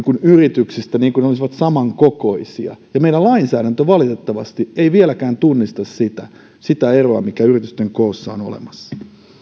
yrityksistä niin kuin ne olisivat samankokoisia ja meillä lainsäädäntö valitettavasti ei vieläkään tunnista sitä sitä eroa mikä yritysten koossa on olemassa